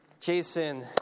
Jason